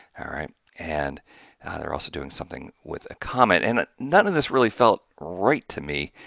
right and they're also doing something with a comment and none of this really felt right to me